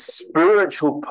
spiritual